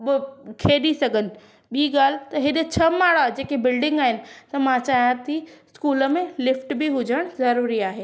खेॾी सघनि ॿी ॻाल्हि त हिते छह माड़ जेके बिल्डिंग आहिनि त मां चाहियां थी स्कूल में लिफ्ट बि हुजण ज़रुरी आहे